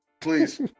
Please